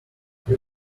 you